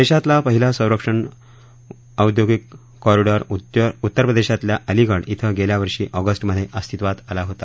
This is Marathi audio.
देशातला पहिला संरक्षण उद्योगिक कॉरिडॉर उत्तर प्रदेशातल्या अलीगड श्वे गेल्या वर्षी ऑगस् मध्ये अस्तिवात आला होता